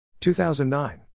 2009